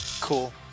Cool